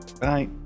Bye